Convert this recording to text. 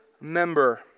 member